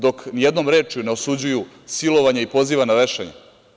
Dok jednom rečju ne osuđuju silovanje i pozivanje na vešanje.